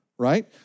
right